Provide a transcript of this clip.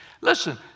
Listen